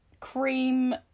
cream